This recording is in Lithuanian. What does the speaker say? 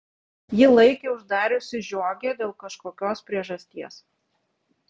ji laikė uždariusi žiogę dėl kažkokios priežasties